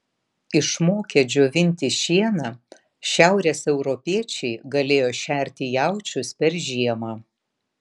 išmokę džiovinti šieną šiaurės europiečiai galėjo šerti jaučius per žiemą